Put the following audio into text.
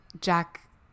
Jack